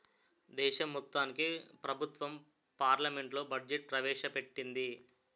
దేశం మొత్తానికి ప్రభుత్వం పార్లమెంట్లో బడ్జెట్ ప్రవేశ పెట్టింది